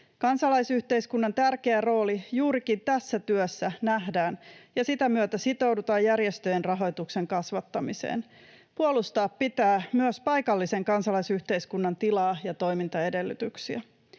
Kansalaisyhteiskunnan tärkeä rooli juurikin tässä työssä nähdään ja sitä myötä sitoudutaan järjestöjen rahoituksen kasvattamiseen. Puolustaa pitää myös paikallisen kansalaisyhteiskunnan tilaa ja toimintaedellytyksiä.